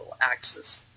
axis